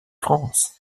france